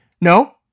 No